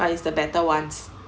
but it's the better ones